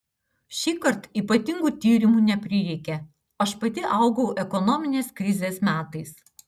šįkart ypatingų tyrimų neprireikė aš pati augau ekonominės krizės metais